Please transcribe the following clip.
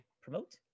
promote